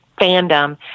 fandom